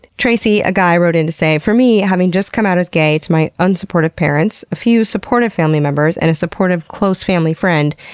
tracy, a guy, wrote in to say, for me, having just come out as gay to my unsupportive parents, a few supportive family members, and a supportive close family friend,